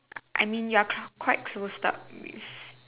I mean you are quite closed up